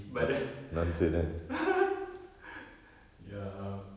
but then ya